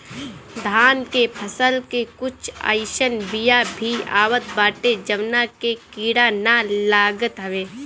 धान के फसल के कुछ अइसन बिया भी आवत बाटे जवना में कीड़ा ना लागत हवे